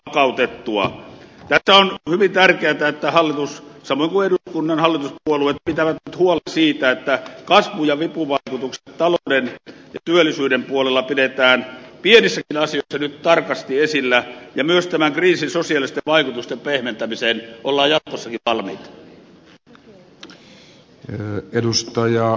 tässä on hyvin tärkeätä että hallitus samoin kuin eduskunnan hallituspuolueet pitää nyt huolen siitä että kasvu ja vipuvaikutukset talouden ja työllisyyden puolella pidetään pienissäkin asioissa nyt tarkasti esillä ja myös tämän kriisin sosiaalisten vaikutusten pehmentämiseen ollaan jatkossakin valmiita